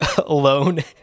alone